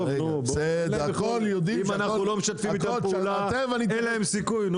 אם אנחנו לא משתפים איתם פעולה, אין להם סיכוי.